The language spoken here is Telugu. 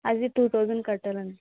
అవి టు థౌసండ్ కట్టాలండి